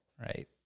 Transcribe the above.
Right